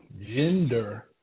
gender